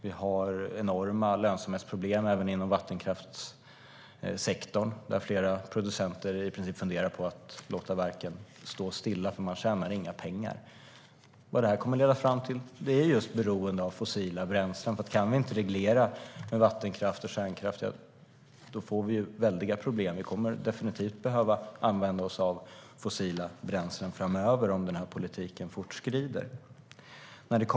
Det finns enorma lönsamhetsproblem även inom vattenkraftssektorn. Fler producenter funderar på att låta verken stå still eftersom de inte tjänar några pengar. Vad detta kommer att leda fram till är just beroende av fossila bränslen. Kan vi inte reglera med vattenkraft och kärnkraft får vi väldiga problem. Vi kommer definitivt att behöva använda oss av fossila bränslen framöver om den här politiken fortskrider.